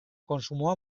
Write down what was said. kontsumoa